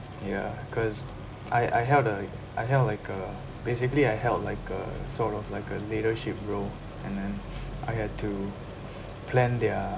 ya cause I I held a I held like uh basically I held like a sort of like a leadership role and then I had to plan their